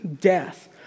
death